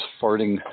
farting